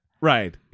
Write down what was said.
Right